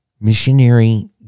Missionary